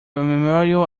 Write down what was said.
memorial